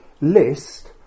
list